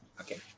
okay